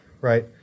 right